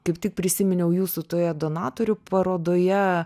kaip tik prisiminiau jūsų toje donatorių parodoje